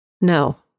No